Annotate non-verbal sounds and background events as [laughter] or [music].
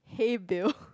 hey Bill [noise]